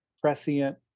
prescient